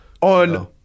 On